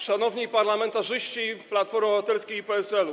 Szanowni Parlamentarzyści Platformy Obywatelskiej i PSL-u!